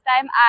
time